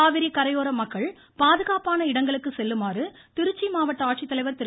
காவிரி கரையோர மக்கள் பாதுகாப்பான இடங்களுக்கு செல்லுமாறு திருச்சி மாவட்ட ஆட்சித்தலைவர் திரு